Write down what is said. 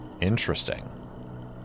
Interesting